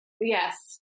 yes